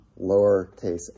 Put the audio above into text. lowercase